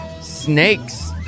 snakes